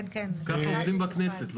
ככה עובדים בכנסת.